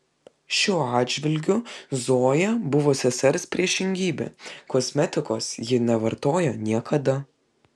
šiuo atžvilgiu zoja buvo sesers priešingybė kosmetikos ji nevartojo niekada